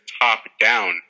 top-down